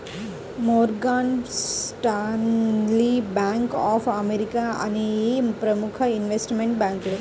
Morgan Stanley, Bank of America అనేయ్యి ప్రముఖ investment బ్యేంకులు